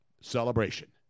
celebration